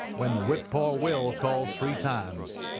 when the whip-poor-will calls three times.